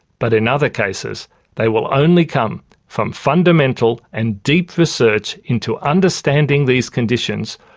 but in other cases they will only come from fundamental and deep research into understanding these conditions,